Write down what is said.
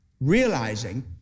realizing